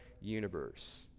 universe